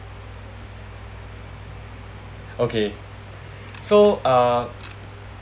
okay so uh